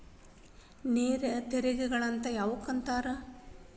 ನೇರ ತೆರಿಗೆಗಳ ಅಂದ್ರ ಯಾವಕ್ಕ ಅಂತಾರ